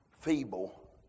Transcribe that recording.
feeble